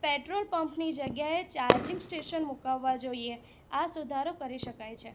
petrol પંપની જગ્યાએ charging station મુકાવવા જોઈએ આ સુધારો કરી શકાય છે